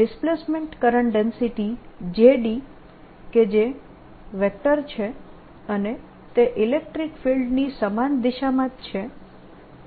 displacement current density JD કે જે vector છે અને તે ઇલેક્ટ્રીક ફિલ્ડની સમાન જ દિશામાં છે